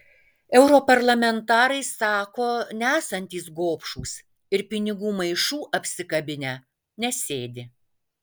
europarlamentarai sako nesantys gobšūs ir pinigų maišų apsikabinę nesėdi